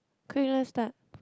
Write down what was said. quick let's start